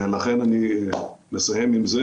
ולכן אני מסיים עם זה,